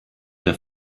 der